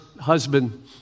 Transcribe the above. husband